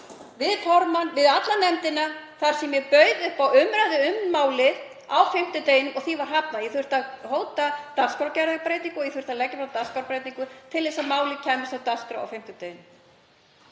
við alla nefndina, þar sem ég bauð upp á umræðu um málið á fimmtudeginum og því var hafnað. Ég þurfti að hóta dagskrárbreytingu og ég þurfti að leggja fram dagskrárbreytingu til að málið kæmist á dagskrá á fimmtudeginum.